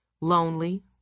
Lonely